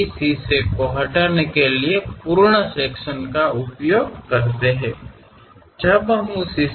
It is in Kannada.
ಆದ್ದರಿಂದ ಸಂಪೂರ್ಣ ಅರ್ಧ ಪೂರ್ಣ ವಿಭಾಗದ ವಿಷಯವನ್ನು ತೋರಿಸುವ ಬದಲು ಈ ಭಾಗವನ್ನು ತೆಗೆದುಹಾಕಲು ನಾವು ಬಳಸುತ್ತೇವೆ